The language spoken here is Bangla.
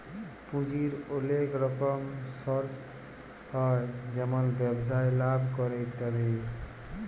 পুঁজির ওলেক রকম সর্স হ্যয় যেমল ব্যবসায় লাভ ক্যরে ইত্যাদি